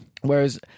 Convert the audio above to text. whereas